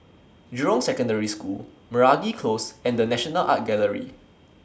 Jurong Secondary School Meragi Close and The National Art Gallery